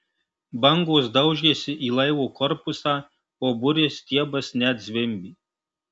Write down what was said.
bangos daužėsi į laivo korpusą o burės stiebas net zvimbė